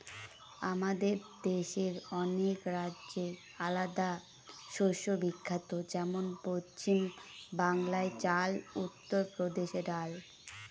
আমাদের দেশের অনেক রাজ্যে আলাদা শস্য বিখ্যাত যেমন পশ্চিম বাংলায় চাল, উত্তর প্রদেশে ডাল